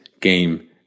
game